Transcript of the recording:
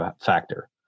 factor